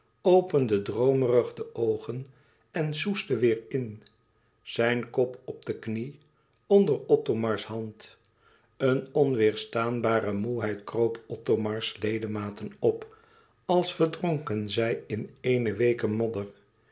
opende droomerig de oogen en soesde weêr in zijn kop op de knie onder othomars hand een onweêrstaanbare moêheid kroop othomars ledematen op als verdronken zij in eene weeke modder